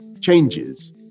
changes